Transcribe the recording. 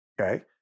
Okay